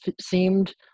seemed